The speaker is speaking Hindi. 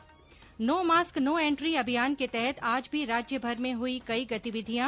्नो मास्क नो एंट्री अभियान के तहत आज भी राज्यभर में हुई कई गतिविधियां